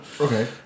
Okay